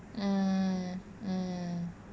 mm mm